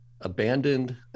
abandoned